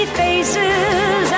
faces